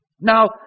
Now